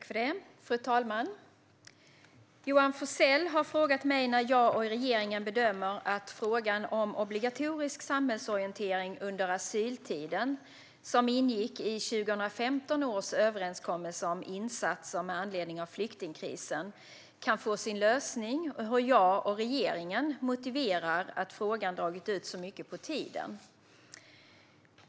Fru talman! Johan Forssell har frågat mig när jag och regeringen bedömer att frågan om obligatorisk samhällsorientering under asyltiden, som ingick i 2015 års överenskommelse om insatser med anledning av flyktingkrisen, kan få sin lösning och hur jag och regeringen motiverar att frågan dragit ut så mycket på tiden.